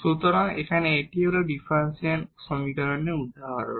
সুতরাং এখানে এটি হল ডিফারেনশিয়াল সমীকরণের উদাহরণ